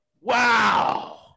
wow